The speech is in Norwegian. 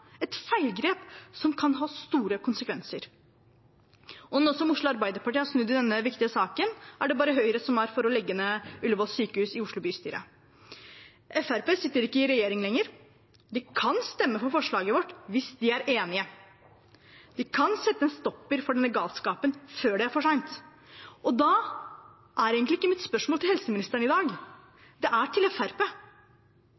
et feilgrep som kan få store konsekvenser. Nå som Oslo Arbeiderparti har snudd i denne viktige saken, er det i Oslo bystyre bare Høyre som er for å legge ned Ullevål sykehus. Fremskrittspartiet sitter ikke i regjering lenger – de kan stemme for forslaget vårt hvis de er enig. Vi kan sette en stopper for denne galskapen før det er for sent. Da er mitt spørsmål egentlig ikke til helseministeren i dag,